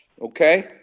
okay